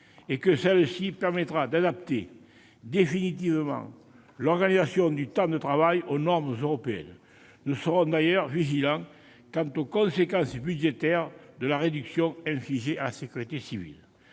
et que celle-ci permettra d'adapter définitivement l'organisation du temps de travail aux normes européennes. Nous serons d'ailleurs vigilants quant aux conséquences budgétaires de la réduction infligée à la sécurité civile.